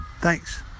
thanks